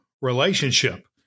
Relationship